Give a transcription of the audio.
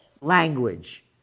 language